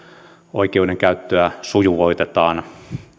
oikeudenkäyttöä sujuvoitetaan